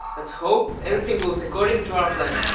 let's hope everything goes according to our plan.